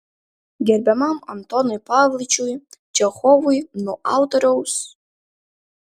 gerbiamam antonui pavlovičiui čechovui nuo autoriaus